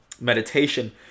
meditation